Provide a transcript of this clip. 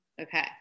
Okay